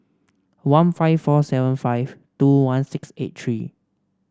one five four seven five two one six eight three